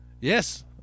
Yes